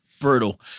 brutal